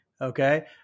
okay